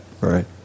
Right